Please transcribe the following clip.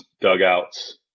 dugouts